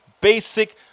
basic